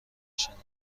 شنیدن